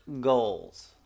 goals